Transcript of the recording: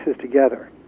together